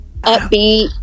upbeat